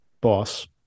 boss